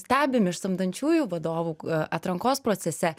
stebim iš samdančiųjų vadovų atrankos procese